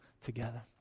together